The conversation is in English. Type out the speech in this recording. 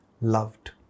Loved